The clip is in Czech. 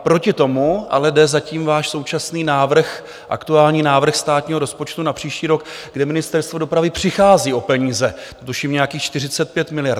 Proti tomu ale jde zatím váš současný návrh, aktuální návrh státního rozpočtu na příští rok, kde Ministerstvo dopravy přichází o peníze, tuším nějakých 45 miliard.